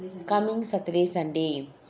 coming saturday sunday